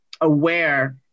aware